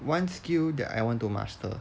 one skill that I want to master